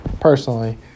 personally